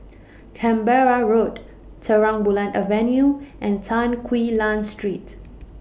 Canberra Road Terang Bulan Avenue and Tan Quee Lan Street